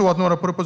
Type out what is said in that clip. Enligt